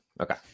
Okay